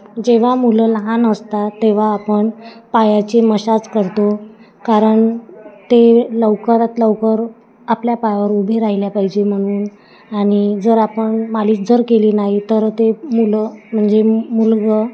जेव्हा मुलं लहान असतात तेव्हा आपण पायाची मशाज करतो कारण ते लवकरात लवकर आपल्या पायावर उभे राहिले पाहिजे म्हणून आणि जर आपण मालिश जर केली नाही तर ते मुलं म्हणजे मुलगे